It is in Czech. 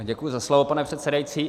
Děkuji za slovo, pane předsedající.